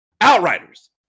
Outriders